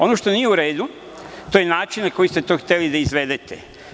Ono što nije u redu, to je način na koji ste to hteli da izvedete.